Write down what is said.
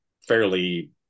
fairly